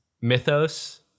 mythos